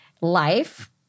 life